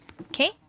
Okay